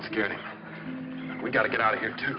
it's getting we gotta get outta here too